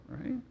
right